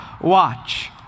watch